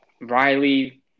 Riley